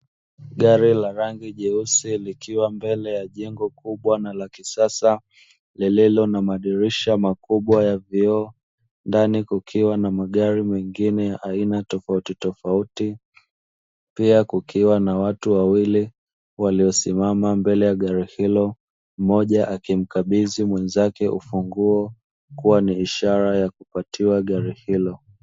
Gari la rangi jeusi likiwa mbele ya jengo kubwa na la kisasa, lililo na madirisha makubwa ya vioo; ndani kukiwa na magari mengine ya aina tofauti tofauti, pia kukiwa na watu wawili waliosimama mbele ya gari hilo, mmoja akimkabidhi mwenzake ufunguo kuwa ni ishara ya kupatiwa gari hilo.